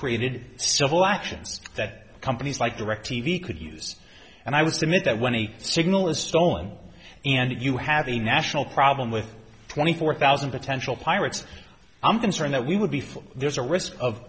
created civil actions that companies like directv could use and i would submit that when a signal is stolen and you have a national problem with twenty four thousand potential pirates i'm concerned that we would before there's a risk of